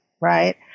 right